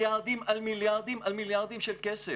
במיליארדים על מיליארדים על מיליארדים של כסף.